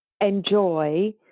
enjoy